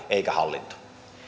eikä hallinto